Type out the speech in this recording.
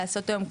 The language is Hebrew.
לעשות היום,